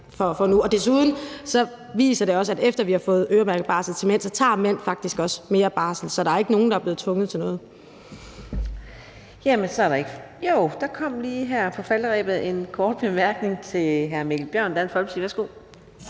Desuden viser det også, at efter vi har fået øremærket barsel til mænd, tager mænd faktisk også mere barsel, så der er ikke nogen, der er blevet tvunget til noget. Kl. 15:41 Fjerde næstformand (Karina Adsbøl): Der kom lige her på falderebet et ønske om en kort bemærkning fra hr. Mikkel Bjørn, Dansk Folkeparti. Værsgo.